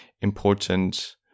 important